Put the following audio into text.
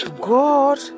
God